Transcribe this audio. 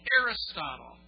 Aristotle